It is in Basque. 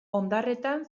ondarretan